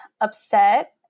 upset